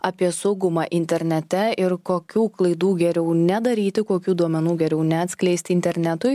apie saugumą internete ir kokių klaidų geriau nedaryti kokių duomenų geriau neatskleisti internetui